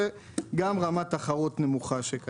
וגם רמת תחרות נמוכה.